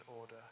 order